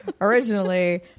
originally